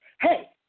Hey